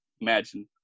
imagine